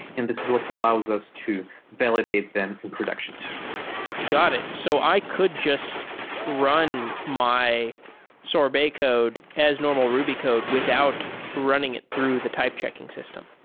and this is what allows us to validate them in production got it. so i could just run my sorbet code as normal ruby code without running it through the type checking system.